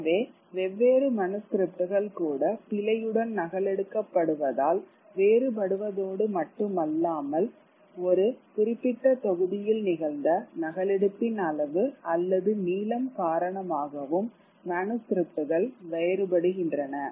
எனவே வெவ்வேறு மனுஸ்கிரிப்ட்கள் கூட பிழையுடன் நகலெடுக்கப்படுவதால் வேறுபடுவதோடு மட்டுமல்லாமல் ஒரு குறிப்பிட்ட தொகுதியில் நிகழ்ந்த நகலெடுப்பின் அளவு அல்லது நீளம் காரணமாகவும் மனுஸ்கிரிப்ட்கள் வேறுபடுகின்றன